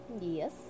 Yes